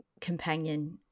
companion